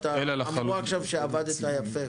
אמרו עכשיו שעבדת יפה.